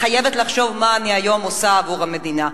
חייבת לחשוב: מה אני היום עושה עבור המדינה.